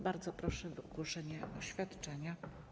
Bardzo proszę o wygłoszenie oświadczenia.